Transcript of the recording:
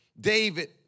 David